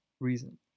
reason